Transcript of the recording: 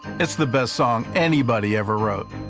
it's the best song anybody ever wrote.